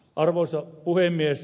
arvoisa puhemies